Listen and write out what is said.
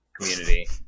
community